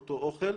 אותו אוכל.